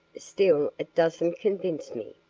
still it doesn't convince me.